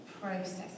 process